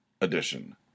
Edition